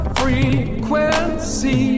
frequency